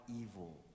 evil